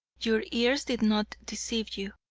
your ears did not deceive you,